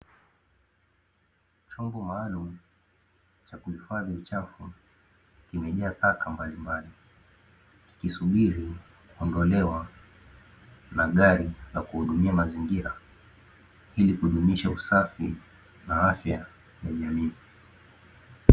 Chombo maalumu cha kuhifadhi uchafu kimejaa taka mbalimbali, kikisubiri kuondolewa na gari la kuhudumia mazingira, ili kudumisha usafi na afya ya jamii.